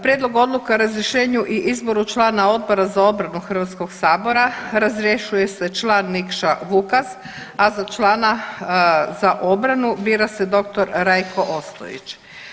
Prijedlog odluke o razrješenju i izboru člana Odbora za obranu Hrvatskog sabora razrješuje se član Nikša Vukas, a za člana za obranu bira se dr. Rajko Ostojić.